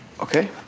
Okay